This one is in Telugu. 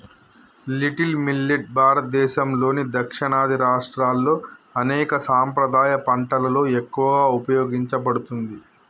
లిటిల్ మిల్లెట్ భారతదేసంలోని దక్షిణాది రాష్ట్రాల్లో అనేక సాంప్రదాయ పంటలలో ఎక్కువగా ఉపయోగించబడుతుంది